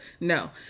No